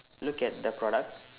look at the products